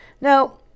Now